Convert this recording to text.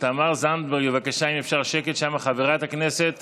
חברת הכנסת